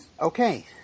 okay